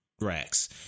Racks